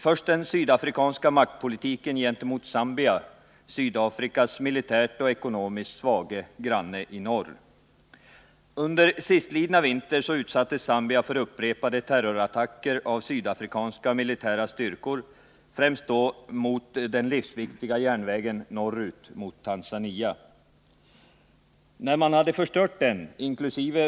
Först den sydafrikanska maktpolitiken gentemot Zambia — Sydafrikas militärt och ekonomiskt svage granne i norr. Under sistlidna vinter utsattes Zambia för upprepade terrorattacker av sydafrikanska militära styrkor, främst mot den livsviktiga järnvägen norrut mot Tanzania. När man förstört den —-inkl.